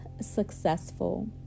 successful